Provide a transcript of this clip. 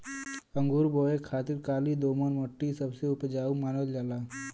अंगूर बोए खातिर काली दोमट मट्टी सबसे उपजाऊ मानल जाला